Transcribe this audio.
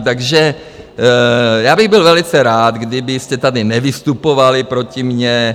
Takže já bych byl velice rád, kdybyste tady nevystupovali proti mně.